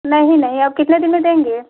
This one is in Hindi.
नहीं नहीं अब कितने दिन में देंगे